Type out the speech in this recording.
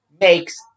makes